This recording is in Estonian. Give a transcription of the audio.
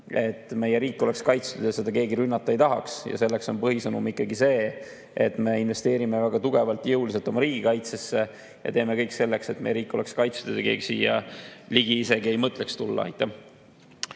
et meie riik oleks kaitstud ja keegi rünnata ei tahaks. Ja selleks on põhisõnum ikkagi see, et me investeerime väga tugevalt ja jõuliselt oma riigikaitsesse ja teeme kõik selleks, et meie riik oleks kaitstud ja keegi [meid ründama] isegi ei mõtleks tulla.